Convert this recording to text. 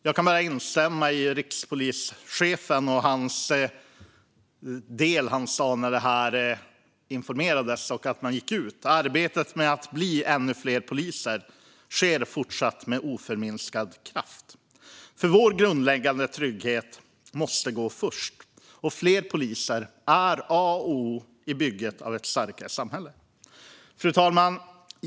Jag kan bara instämma i vad rikspolischefens sa när man informerade och gick ut med detta: Arbetet med att bli ännu fler poliser sker fortsatt med oförminskad kraft. Vår grundläggande trygghet måste gå först, och fler poliser är A och O i bygget av ett starkare samhälle. Fru talman!